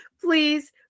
please